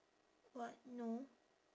what no